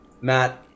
matt